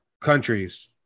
countries